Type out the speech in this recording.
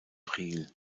priel